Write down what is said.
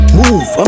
move